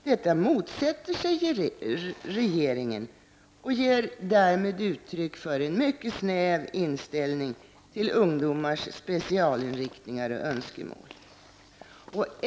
Detta motsätter sig regeringen och ger därmed uttryck för en mycket snäv inställning till ungdomars specialinriktningar och önskemål.